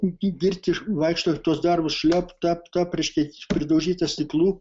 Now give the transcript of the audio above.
girti vaikšto ir tuos darbus šlept tep tap reiškia pridaužyta stiklų